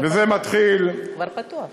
וזה מתחיל, הוא כבר פתוח.